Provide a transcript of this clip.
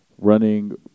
running